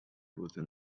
within